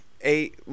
eight